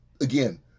again